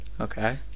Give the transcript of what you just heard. Okay